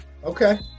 Okay